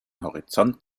horizont